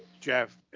Jeff